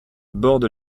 borde